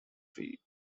fee